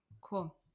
Cool